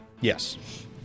Yes